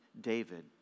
David